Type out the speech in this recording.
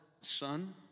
Son